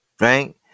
right